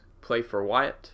playforwyatt